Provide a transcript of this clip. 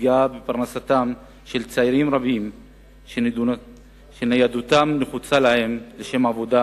לפגיעה בפרנסתם של צעירים רבים שניידותם נחוצה להם לשם עבודה,